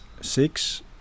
six